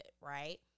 right